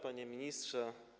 Panie Ministrze!